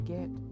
Get